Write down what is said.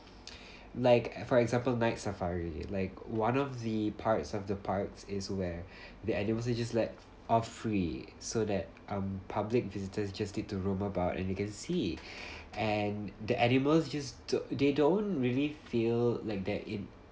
like for example night safari like one of the parts of the parks is where the animals are just let off free so that um public visitors just need to roam about and you can see and the animals just they don't really feel that they're in